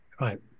Right